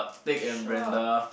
Teck and Brenda